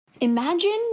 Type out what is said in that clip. Imagine